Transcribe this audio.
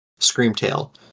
Screamtail